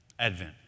Advent